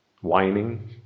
whining